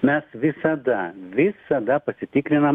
mes visada visada pasitikrinam ar